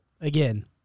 again